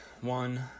One